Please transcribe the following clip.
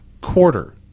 quarter